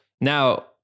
Now